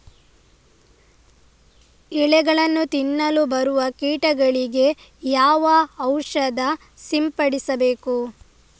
ಎಲೆಗಳನ್ನು ತಿನ್ನಲು ಬರುವ ಕೀಟಗಳಿಗೆ ಯಾವ ಔಷಧ ಸಿಂಪಡಿಸಬೇಕು?